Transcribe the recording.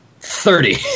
Thirty